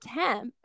attempt